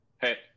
Hey